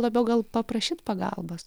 labiau gal paprašyt pagalbos